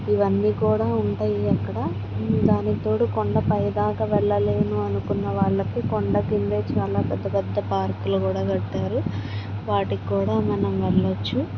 ఇవన్నీ కూడా ఉంటాయి అక్కడ దానికి తోడు కొండ పై దాకా వెళ్ళలేను అనుకున్న వాళ్ళకి కొండ కిందే చాలా పెద్ద పెద్ద పార్కులు కూడా కట్టారు వాటికి కూడా మనం వెళ్ళచ్చు